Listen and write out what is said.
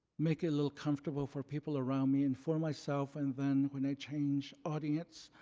make it a little comfortable for people around me and for myself. and then when i change audience,